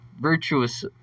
Virtuous